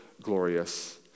glorious